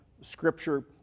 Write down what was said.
Scripture